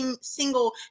single